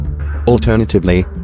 Alternatively